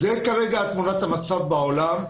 זאת כרגע תמונת המצב בעולם.